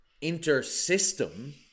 inter-system